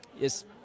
yes